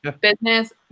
business